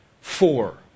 four